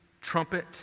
trumpet